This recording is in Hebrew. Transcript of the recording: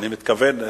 אני מתכוון,